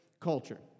culture